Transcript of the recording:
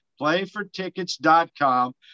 playfortickets.com